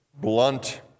blunt